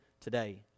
today